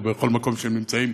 או בכל מקום שהם נמצאים,